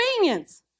convenience